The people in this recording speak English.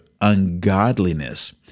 ungodliness